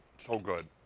so good.